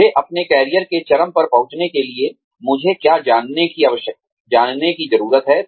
मुझे अपने कैरियर के चरम पर पहुंचने के लिए मुझे क्या जानने की जरूरत है